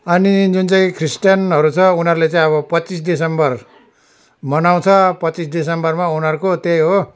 अनि जुन चाहिँ क्रिस्तानहरू छ उनीहरूले चाहिँ अब पच्चिस डिसम्बर मनाउँछ पच्चिस डिसम्बरमा उनीहरूको त्यही हो